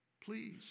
Please